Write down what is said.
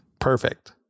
Perfect